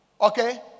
okay